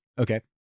okay